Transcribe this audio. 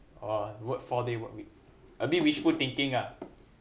oh work four day work week a bit wishful thinking ah